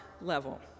level